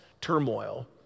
turmoil